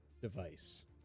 device